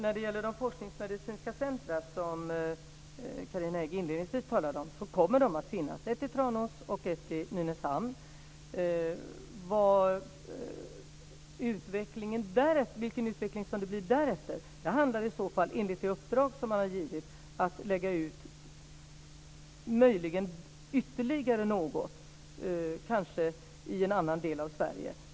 Fru talman! De forskningsmedicinska centrer som Carina Hägg inledningsvis talade om kommer att finnas - ett i Tranås och ett i Nynäshamn. Utvecklingen därefter handlar, enligt det uppdrag som givits, om att möjligen lägga ut ytterligare något center i en annan del av Sverige.